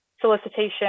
solicitation